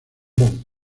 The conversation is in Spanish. bonn